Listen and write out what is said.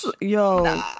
Yo